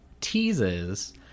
teases